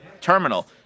terminal